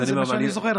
נכון, זה מה שאני זוכר.